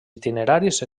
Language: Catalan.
itineraris